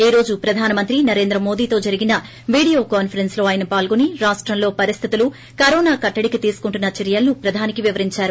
ఈ రోజు ప్రధానమంత్రి నరేంద్ర మోడీతో జరిగిన వీడియో కాన్పరెన్స్లో ఆయన పాల్గొని రాష్టంలో పరిస్దితులను కరోనా కట్టడికి తీసుకుంటున్న చర్యలను ప్రధానికి వివరించారు